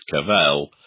Cavell